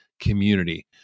community